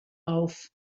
auf